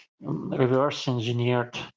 reverse-engineered